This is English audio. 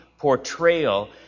Portrayal